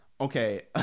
Okay